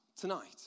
tonight